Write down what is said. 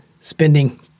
spending